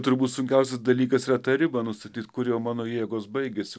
turbūt sunkiausias dalykas yra tą ribą nustatyt kur jau mano jėgos baigiasi